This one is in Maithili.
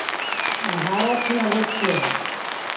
भारतमे देखियै